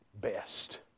best